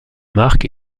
mark